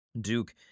Duke